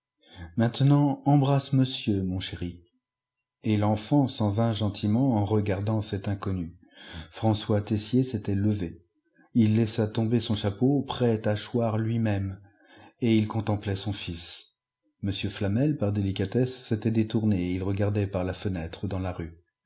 maintenant embrasse monsieur mon chéri et l'enfant s'en vint gentiment en regardant cet inconnu françois tessier s'était levé ii laissa tomber son chapeau prêt à choir lui-même et il contemplait son fils m flamel par délicatesse s'était détourné et il regardait par la fenêtre dans la rue